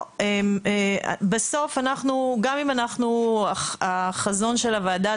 בסוף גם אם החזון של הוועדה,